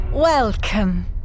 Welcome